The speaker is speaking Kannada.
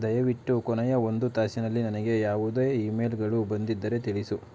ದಯವಿಟ್ಟು ಕೊನೆಯ ಒಂದು ತಾಸಿನಲ್ಲಿ ನನಗೆ ಯಾವುದೇ ಇಮೇಲ್ಗಳು ಬಂದಿದ್ದರೆ ತಿಳಿಸು